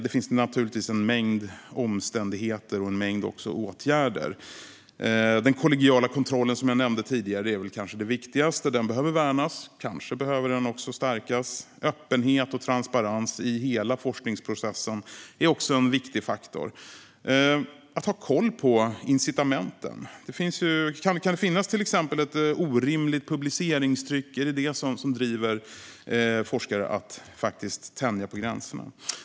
Det finns naturligtvis en mängd omständigheter och även en mängd åtgärder. Den kollegiala kontrollen som jag nämnde tidigare är kanske det viktigaste. Den behöver värnas. Kanske behöver den också stärkas. Öppenhet och transparens i hela forskningsprocessen är också en viktig faktor. Det gäller att ha koll på incitamenten. Finns det ett orimligt publiceringstryck? Kan det vara det som driver forskare till att tänja på gränserna?